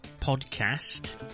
podcast